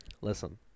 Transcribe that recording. Listen